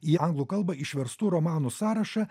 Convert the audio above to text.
į anglų kalbą išverstų romanų sąrašą